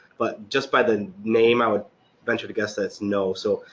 but just by the name, i would venture to guess that's no so,